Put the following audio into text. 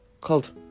called